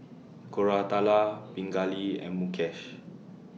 Koratala Pingali and Mukesh